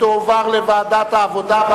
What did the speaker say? לדיון מוקדם בוועדת העבודה,